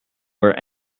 where